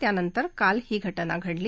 त्यानंतर काल ही घटना घडली